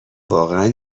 واقعا